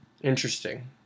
Interesting